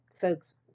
folks